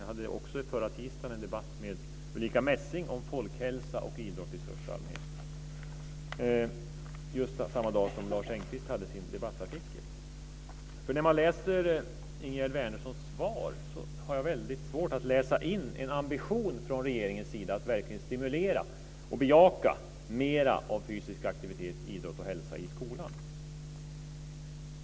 Jag hade också förra tisdagen en debatt med Ulrica Messing om folkhälsa och idrott i största allmänhet, samma dag som Lars Engqvist hade sin debattartikel. När jag läser Ingegerd Wärnerssons svar har jag väldigt svårt att läsa in en ambition från regeringens sida att verkligen stimulera och bejaka mer av fysisk aktivitet, idrott och hälsa i skolan.